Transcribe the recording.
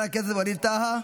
חבר הכנסת ווליד טאהא,